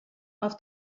auf